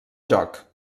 joc